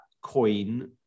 coin